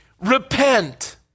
Repent